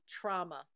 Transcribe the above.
trauma